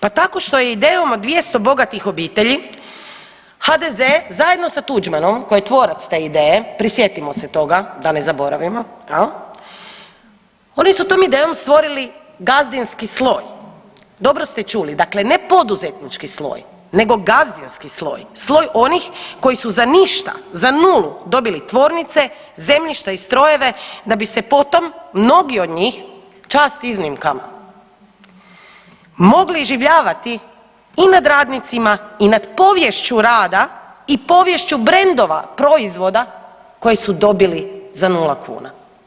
Pa tako što je idejom od 200 bogatih obitelji HDZ zajedno sa Tuđmanom koji je tvorac te ideje, prisjetimo se toga da ne zaboravimo jel, oni su tom ideju stvorili gazdinski sloj, dobro ste čuli, dakle ne poduzetnički sloj nego gazdinski sloj, sloj onih koji su za ništa, za nulu dobili tvornice, zemljišta i strojeve da bi se potom mnogi od njih, čast iznimkama, mogli iživljavati i nad radnicima i nad poviješću rada i poviješću brendova proizvoda koji su dobili za nula kuna.